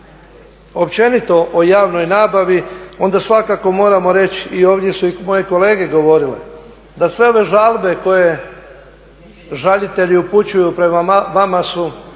općenito o javnoj nabavi onda svakako moramo reći i ovdje su i moji kolege govorili, da sve ove žalbe koje žalitelji upućuju prema vama su